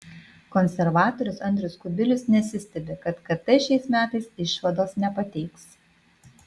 konservatorius andrius kubilius nesistebi kad kt šiais metais išvados nepateiks